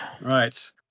Right